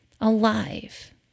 alive